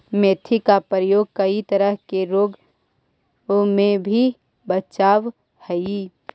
मेथी का प्रयोग कई तरह के रोगों से भी बचावअ हई